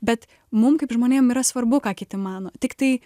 bet mum kaip žmonėm yra svarbu ką kiti mano tiktai